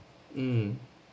mm